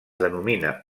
denomina